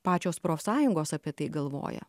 pačios profsąjungos apie tai galvoja